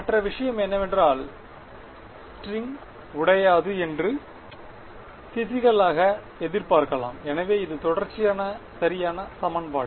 மற்ற விஷயம் என்னவென்றால் ஸ்ட்ரிங் உடையாது என்று பிசிக்கல்லாக எதிர்பார்க்கலாம் எனவே இது தொடர்ச்சியான சரியான சமன்பாடு